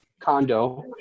condo